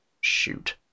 Shoot